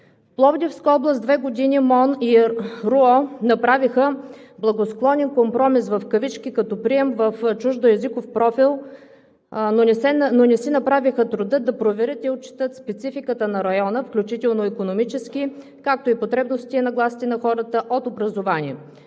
на образованието направиха благосклонен компромис в кавички като прием в чуждоезиков профил, но не си направиха труда да проверят и отчетат спецификата на района, включително икономическа, както и потребностите и нагласите на хората от образованието.